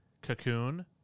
Cocoon